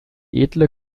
edle